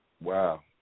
Wow